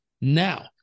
Now